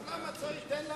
אני מזמין אותה